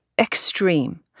extreme